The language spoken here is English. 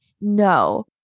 No